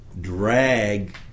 drag